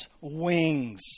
wings